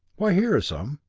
why here is some!